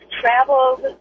traveled